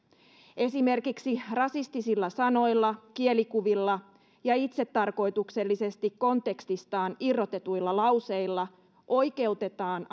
esimerkiksi rasistisilla sanoilla kielikuvilla ja itsetarkoituksellisesti kontekstistaan irrotetuilla lauseilla oikeutetaan